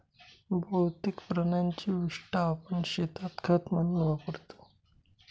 बहुतेक प्राण्यांची विस्टा आपण शेतात खत म्हणून वापरतो